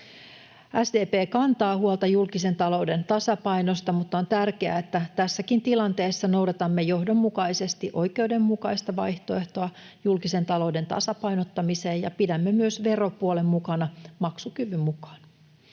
SDP kantaa huolta julkisen talouden tasapainosta, mutta on tärkeää, että tässäkin tilanteessa noudatamme johdonmukaisesti oikeudenmukaista vaihtoehtoa julkisen talouden tasapainottamiseen ja pidämme myös veropuolen mukana maksukyvyn mukaan.